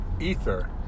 ether